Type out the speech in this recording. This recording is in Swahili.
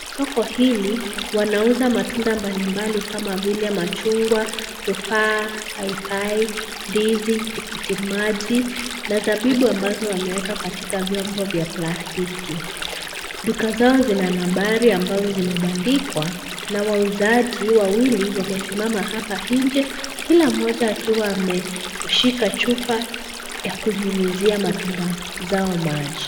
Soko hili wanauza matunda mbalimbali kama vile machungwa, tufaa ,paipai, ndizi, tikiti maji na zabibu ambazo wameweka katika vyombo vya plastiki. Duka zao zina nambari ambazo zimebandikwa na wauzaji wawili wamesimama hapa nje kila mmoja akiwa ameshika chupa ya kunyunyuzia matunda zao maji.